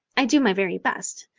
i do my very best,